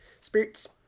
Spirits